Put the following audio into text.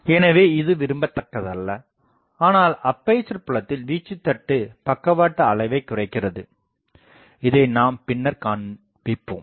எனவே இது விரும்பத்தக்கதல்ல ஆனால் அப்பேசர் புலத்தில் வீச்சுத் தட்டு பக்கவாட்டு அளவைக் குறைக்கிறது இதை நாம் பின்னர்க் காண்பிப்போம்